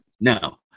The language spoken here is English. No